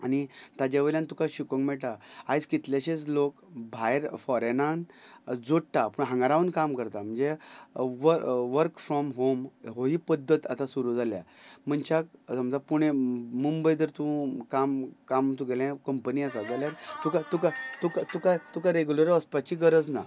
आनी ताजे वयल्यान तुका शिकूंक मेळटा आयज कितलेशेच लोक भायर फॉरेंनान जोडटा पूण हांगां रावन काम करता म्हणजे व वर्क फ्रॉम होम होय पद्दत आतां सुरू जाल्या मनशाक समजा पुणे मुंबय जर तूं काम काम तुगेलें कंपनी आसा जाल्यार तुका तुका तुका तुका तुका रॅगुलर वचपाची गरज ना